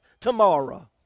tomorrow